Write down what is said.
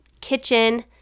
kitchen